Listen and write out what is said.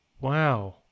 Wow